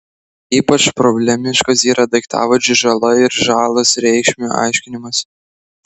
ypač problemiškas yra daiktavardžių žala ir žalas reikšmių aiškinimas